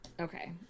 Okay